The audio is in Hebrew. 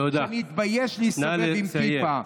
שנתבייש להסתובב עם כיפה.